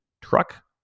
truck